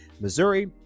missouri